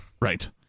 right